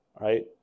right